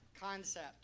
concept